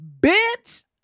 bitch